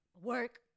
work